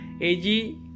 Ag